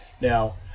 Now